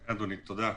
אדוני, תודה.